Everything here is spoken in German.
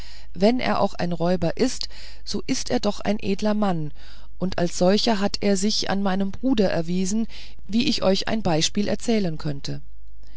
wenn er auch ein räuber ist so ist er doch ein edler mann und als solcher hat er sich an meinem bruder bewiesen wie ich euch ein beispiel erzählen könnte